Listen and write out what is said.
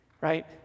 right